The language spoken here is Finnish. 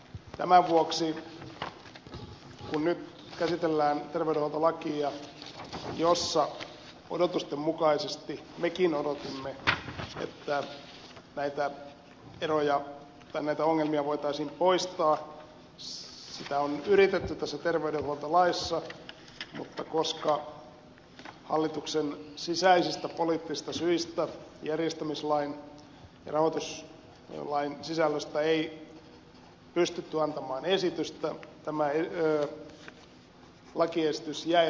tämän vuoksi kun nyt käsitellään terveydenhuoltolakia jossa odotusten mukaisesti mekin odotimme että näitä ongelmia voitaisiin poistaa sitä on yritetty tässä terveydenhuoltolaissa mutta koska hallituksen sisäisistä poliittisista syistä järjestämislain ja rahoituslain sisällöstä ei pystytty antamaan esitystä tämä lakiesitys jäi rammaksi